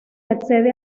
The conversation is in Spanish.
accede